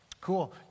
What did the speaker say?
Cool